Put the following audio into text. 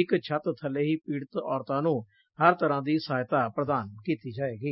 ਇੱਕ ਛੱਤ ਥੱਲੇ ਹੀ ਪੀੜਤ ਔਰਤਾਂ ਨੂੰ ਹਰ ਤਰ੍ਕਾਂ ਦੀ ਸਹਾਇਤਾ ਪ੍ਰਦਾਨ ਕੀਡੀ ਜਾਵੇਗੀ